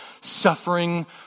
Suffering